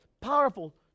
powerful